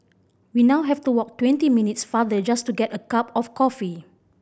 we now have to walk twenty minutes farther just to get a cup of coffee